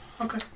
okay